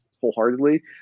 wholeheartedly